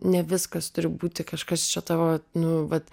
ne viskas turi būti kažkas čia tavo nu vat